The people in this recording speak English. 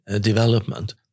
development